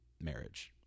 marriage